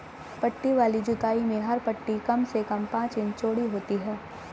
पट्टी वाली जुताई में हर पट्टी कम से कम पांच इंच चौड़ी होती है